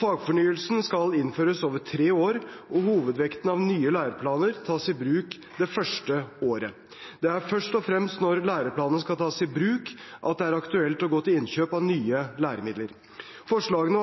Fagfornyelsen skal innføres over tre år, og hovedvekten av nye læreplaner tas i bruk det første året. Det er først og fremst når læreplanene skal tas i bruk, at det er aktuelt å gå til innkjøp av nye læremidler. Forlagene